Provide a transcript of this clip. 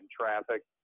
traffic